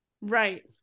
right